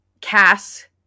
Cass